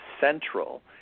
central